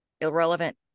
irrelevant